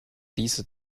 dieser